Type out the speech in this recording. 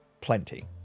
plenty